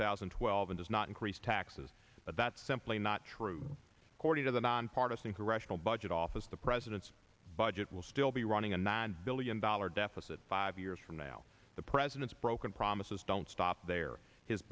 thousand and twelve does not increase taxes but that's simply not true according to the nonpartisan congressional budget office the president's budget will still be running a nine billion dollars deficit five years from now the president's broken promises don't stop there his